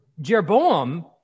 Jeroboam